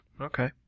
Okay